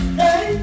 hey